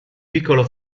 piccolo